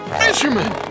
fisherman